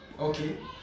Okay